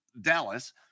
Dallas